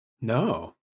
No